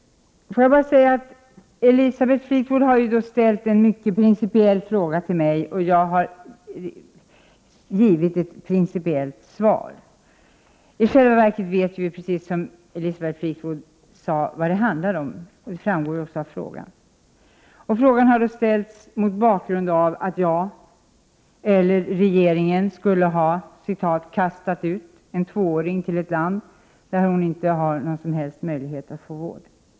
Elisabeth Fleetwood har ställt en mycket principiell fråga till mig, och jag har givit ett principiellt svar. I själva verket vet vi ju, som Elisabeth Fleetwood sade, vad det handlar om, och det framgår också av frågan. Frågan har ställts mot bakgrund av att jag eller regeringen skulle ha ”kastat ut” en tvååring till ett land där hon inte har någon som helst möjlighet att få vård.